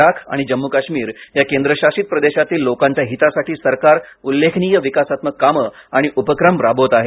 लडाख आणि जम्मू काश्मीर या केंद्रशासित प्रदेशातील लोकांच्या हितासाठी सरकार उल्लेखनीय विकासात्मक कामे आणि उपक्रम राबवत आहे